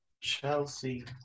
Chelsea